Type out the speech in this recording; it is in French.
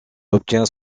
obtient